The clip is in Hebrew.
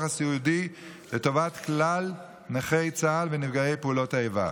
הסיעודי לטובת כלל נכי צה"ל ונפגעי פעולות האיבה.